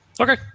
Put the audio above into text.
okay